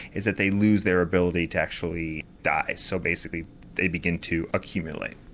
it's that they lose their ability to actually die so basically they begin to accumulate.